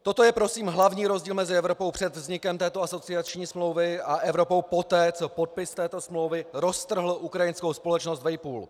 Toto je prosím hlavní rozdíl mezi Evropou před vznikem této asociační smlouvy a Evropou poté, co podpis této smlouvy roztrhl ukrajinskou společnost vejpůl.